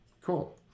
cool